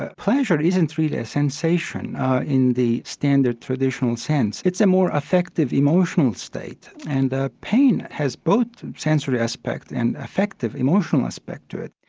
ah pleasure isn't really a sensation in the standard traditional sense. it's a more affective emotional state and ah pain has both sensory aspect and an affective emotional aspect to it.